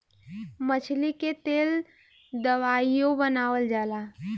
मछली के तेल दवाइयों बनावल जाला